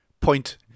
point